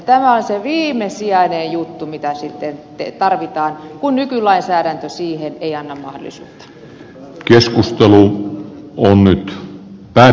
tämä on se viimesijainen juttu mitä sitten tarvitaan kun nykylainsäädäntö siihen ei anna mahdollisuutta